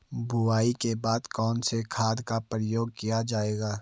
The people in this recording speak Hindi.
बुआई के बाद कौन से खाद का प्रयोग किया जायेगा?